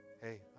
hey